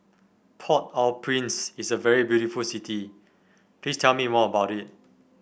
Port Au Prince is a very beautiful city please tell me more about it